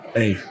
hey